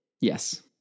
Yes